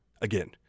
again